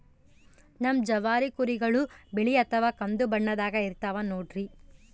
ನಮ್ ಜವಾರಿ ಕುರಿಗಳು ಬಿಳಿ ಅಥವಾ ಕಂದು ಬಣ್ಣದಾಗ ಇರ್ತವ ನೋಡ್ರಿ